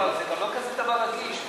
זה גם לא כזה דבר רגיש.